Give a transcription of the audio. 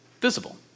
visible